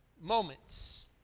moments